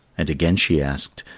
and again she asked,